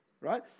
right